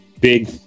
big